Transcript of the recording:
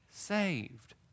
saved